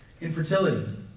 Infertility